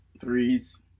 threes